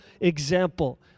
example